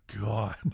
god